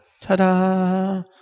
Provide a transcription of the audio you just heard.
Ta-da